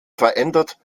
verändert